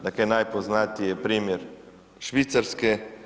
Dakle, najpoznatiji je primjer Švicarske.